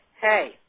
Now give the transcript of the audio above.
hey